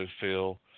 feel